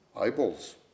Eyeballs